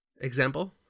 Example